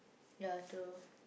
ya true